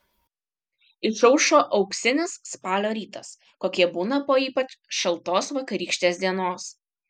išaušo auksinis spalio rytas kokie būna po ypač šaltos vakarykštės dienos